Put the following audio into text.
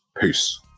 Peace